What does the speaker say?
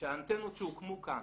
שהאנטנות שהוקמו כאן,